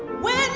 when